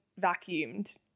vacuumed